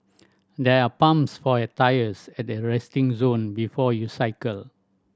there are pumps for your tyres at the resting zone before you cycle